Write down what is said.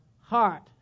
heart